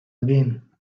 again